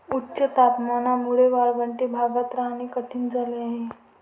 उच्च तापमानामुळे वाळवंटी भागात राहणे कठीण झाले आहे